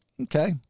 Okay